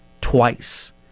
twice